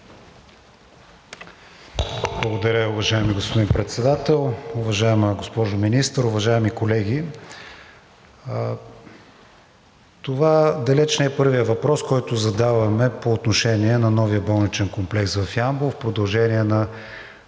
Благодаря Ви, уважаеми господин Председател! Уважаема госпожо Министър, уважаеми колеги! Това далеч не е първият въпрос, който задаваме по отношение на новия болничен комплекс в Ямбол в продължение на